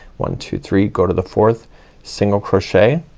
one, two, three, go to the fourth single crochet,